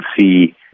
see